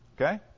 Okay